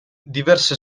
diverse